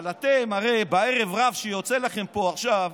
אבל אתם, הרי בערב רב שיוצא לכם פה עכשיו,